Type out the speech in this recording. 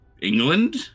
England